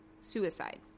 suicide